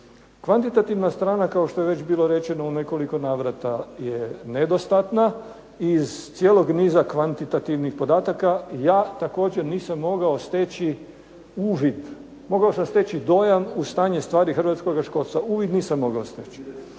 Kvantitativna strana kao što je već bilo rečeno u nekoliko navrata je nedostatna iz cijelog niza kvantitativnih podataka ja također nisam mogao steći uvid, mogao sam steći dojam o stvarnoj stanju Hrvatskoga školstva, uvid nisam mogao steći.